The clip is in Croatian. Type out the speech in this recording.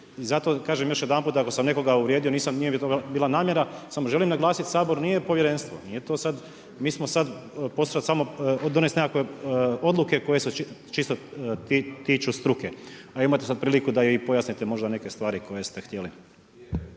I zato kažem još jedanput, ako sam nekoga uvrijedio, nije mi to bila namjera, samo želim naglasiti Sabor nije povjerenstvo, nije to sad mi smo poslali samo, donest neke odluke koje su čisto tiču struke. A imate sad priliku da i pojasnite možda neke stvari koje ste htjeli.